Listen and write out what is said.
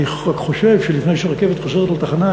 אני רק חושב שלפני שרכבת חוזרת לתחנה,